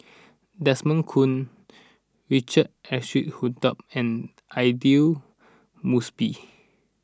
Desmond Kon Richard Eric Holttum and Aidli Mosbit